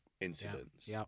incidents